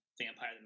Vampire